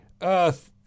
Earth